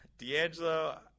D'Angelo